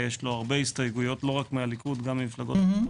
יש לו הרבה הסתייגויות לא רק מהליכוד אלא גם ממפלגות אחרות